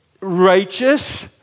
Righteous